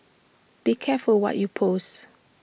be careful what you post